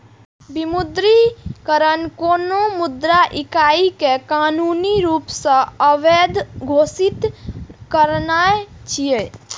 विमुद्रीकरण कोनो मुद्रा इकाइ कें कानूनी रूप सं अवैध घोषित करनाय छियै